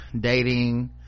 dating